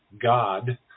God